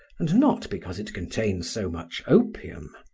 and not because it contains so much opium.